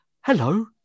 hello